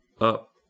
up